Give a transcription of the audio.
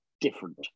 different